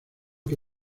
que